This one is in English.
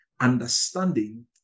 understanding